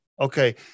Okay